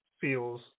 feels